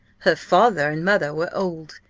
her father and mother were old,